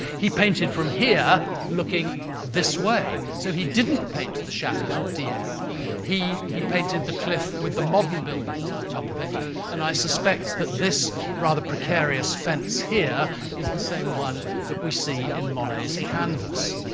he painted from here, looking this way. so, he didn't paint the chateau of dieppe, he he painted the cliff with the modern buildings on top of it and i suspect that this rather precarious fence here is the same one that we see in monet's canvas.